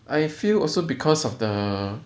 I feel also because of the